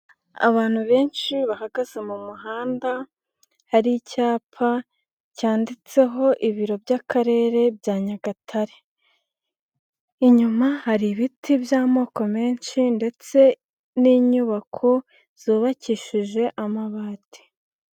Abantu benshi bahagaze mu muhanda, hari icyapa, cyanditseho ibiro by'akarere bya Nyagatare. Inyuma hari ibiti by'amoko menshi ndetse n'inyubako, zubakishije amabati.